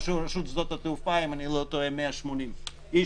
ברשות שדות התעופה נדמה לי 180 איש,